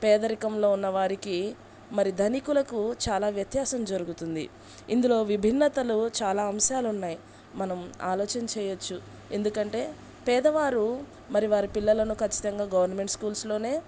పేదరికంలో ఉన్న వారికి మరి ధనికులకు చాలా వ్యత్యాసం జరుగుతుంది ఇందులో విభిన్నతలు చాలా అంశాలున్నాయి మనం ఆలోచన చేయొచ్చు ఎందుకంటే పేదవారు మరి వారి పిల్లలను ఖచ్చితంగా గవర్నమెంట్ స్కూల్స్లోనే